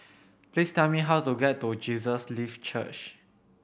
please tell me how to get to Jesus Lives Church